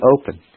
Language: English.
open